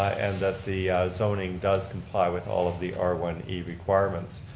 and that the zoning does comply with all of the r one e requirments.